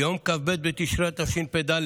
ביום כ"ב בתשרי התשפ"ד,